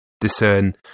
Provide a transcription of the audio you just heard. discern